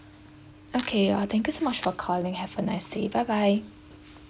okay thank you so much for calling have a nice day bye bye